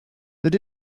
that